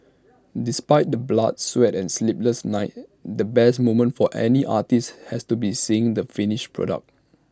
despite the blood sweat and sleepless nights the best moment for any artist has to be seeing the finished product